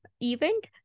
event